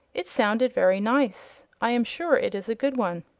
it sounded very nice. i am sure it is a good one.